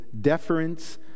deference